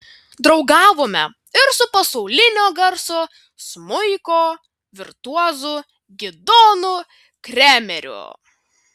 draugavome ir su pasaulinio garso smuiko virtuozu gidonu kremeriu